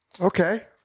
okay